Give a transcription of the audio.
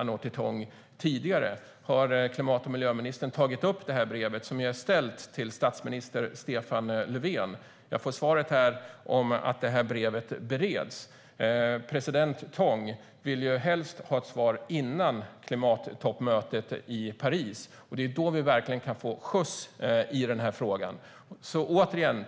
om hon sett det tidigare. Har klimat och miljöministern tagit upp det här brevet, som är ställt till statsminister Stefan Löfven? Jag får nu svaret att brevet bereds. Men president Tong vill helst ha ett svar före klimattoppmötet i Paris, och det är då vi verkligen kan få skjuts i den här frågan.